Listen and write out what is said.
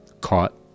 caught